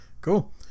Cool